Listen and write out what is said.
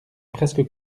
presque